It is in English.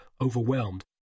overwhelmed